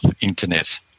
internet